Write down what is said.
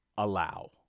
Allow